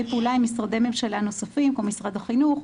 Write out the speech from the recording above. פעולה עם משרדי ממשלה נוספים כמו משרד החינוך,